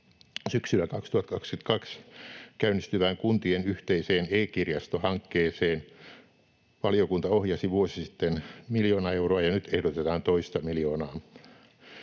Syksyllä 2022 käynnistyvään kuntien yhteiseen e-kirjasto-hankkeeseen valiokunta ohjasi vuosi sitten miljoona euroa ja nyt ehdotetaan toista miljoonaa.